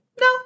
no